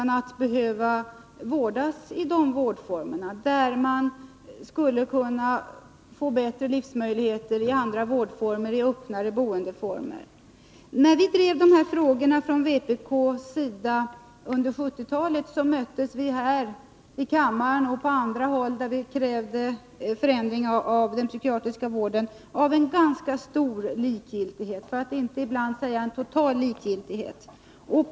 Det gäller människor som inte skulle behöva den vårdformen. Med andra vårdformer, öppnare boendeformer, skulle dessa människor få bättre levnadsförhållanden. När vi från vpk:s sida drev de här frågorna under 1970-talet möttes våra krav på en förändring av den psykiatriska vården av ganska stor — och ibland t.o.m. total — likgiltighet både här i kammaren och på andra håll.